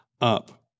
up